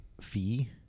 fee